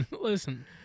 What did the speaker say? listen